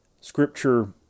Scripture